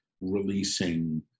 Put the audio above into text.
releasing